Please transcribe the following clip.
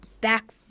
back